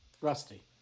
rusty